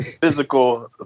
physical